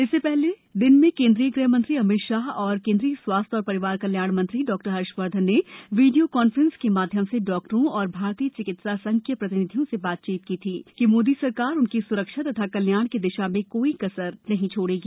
इससे पहले दिन में केन्द्रीय ग़्ह मंत्री अमित शाह और केन्द्रीय स्वास्थ्य एवं परिवार कल्याण मंत्री डॉ हर्षवर्धन ने वीडियो कॉन्फ्रेंस के माध्यम से डॉक्टरों और भारतीय चिकित्सा संघ के प्रतिनिधियों से बातचीत की थी और आश्वस्त किया था कि मोदी सरकार उनकी स्रक्षा तथा कल्याण की दिशा में कोई कसर नहीं छोड़ेगी